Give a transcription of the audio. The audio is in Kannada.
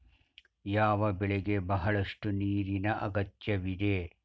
ಯಾವ ಬೆಳೆಗೆ ಬಹಳಷ್ಟು ನೀರಿನ ಅಗತ್ಯವಿದೆ?